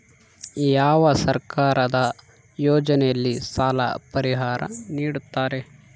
ಯಾವ ಸರ್ಕಾರದ ಯೋಜನೆಯಲ್ಲಿ ಸಾಲ ಪರಿಹಾರ ನೇಡುತ್ತಾರೆ?